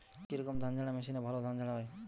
কি রকম ধানঝাড়া মেশিনে ভালো ধান ঝাড়া হয়?